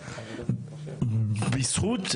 בזכות,